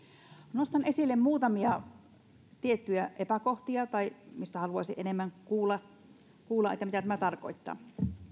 nostan esille muutamia tiettyjä epäkohtia tai mistä haluaisin enemmän kuulla että mitä tämä tarkoittaa